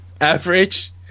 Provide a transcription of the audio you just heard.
average